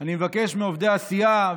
אני מבקש מעובדי הסיעה,